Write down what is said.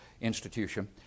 institution